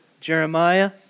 Jeremiah